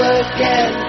again